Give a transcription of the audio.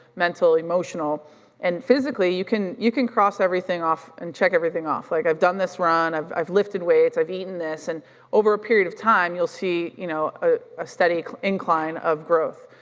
mental, emotional and physically, you can you can cross everything off and check everything off, like, i've done this run, i've lifted weights, i've eaten this and over a period of time, you'll see you know ah a steady incline of growth.